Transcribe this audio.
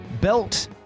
belt